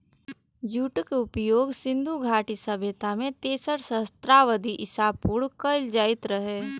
जूटक उपयोग सिंधु घाटी सभ्यता मे तेसर सहस्त्राब्दी ईसा पूर्व कैल जाइत रहै